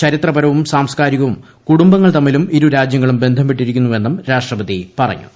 ചരിത്രപരവും സാംസ്കാരികവും കുടുംബങ്ങൾ തമ്മിലും ഇരു രാജ്യങ്ങളും ബന്ധപ്പെട്ടിരിക്കുന്നു വെന്നും രാഷ്ട്രപതി പറഞ്ഞു